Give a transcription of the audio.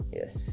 yes